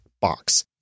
box